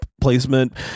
placement